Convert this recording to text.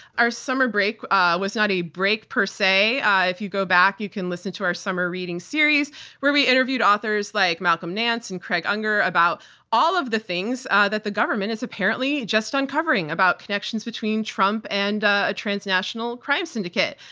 our summer break was not a break per se. if you go back you can listen to our summer reading series where we interviewed authors like malcolm nance and craig unger about all of the things that the government is apparently just uncovering about connections between trump and a transnational crime syndicate.